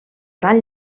gran